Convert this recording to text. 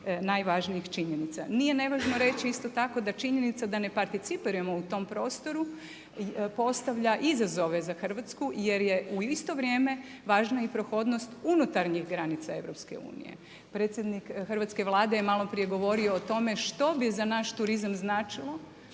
najvažnijih činjenica. Nije nevažno reći isto tako da činjenica da ne participiramo u tom prostoru postavlja izazove za Hrvatsku, jer je u isto vrijeme važna i prohodnost unutarnjih granica EU. Predsjednik hrvatske Vlade je malo prije govorio o tome što bi za naš turizam značilo,